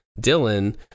Dylan